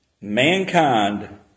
Mankind